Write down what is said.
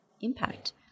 impact